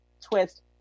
twist